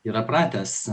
yra pratęs